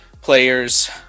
players